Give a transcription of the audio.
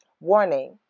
Warning